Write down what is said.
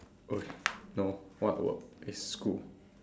!oi! no what work it's school